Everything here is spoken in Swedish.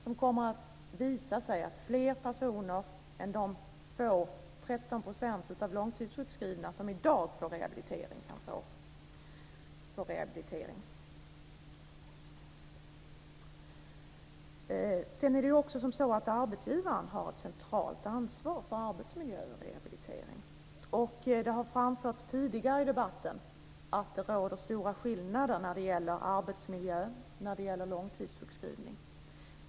Det kommer att visa sig att fler personer än de få - 13 % av de långtidssjukskrivna - som i dag får rehabilitering kan få rehabilitering. Sedan har ju också arbetsgivaren ett centralt ansvar för arbetsmiljö och rehabilitering. Det har tidigare framförts i debatten att det råder stora skillnader i arbetsmiljö när det gäller långtidssjukskrivning.